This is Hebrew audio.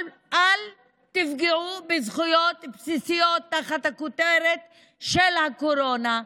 אבל אל תפגעו בזכויות בסיסיות תחת הכותרת של הקורונה.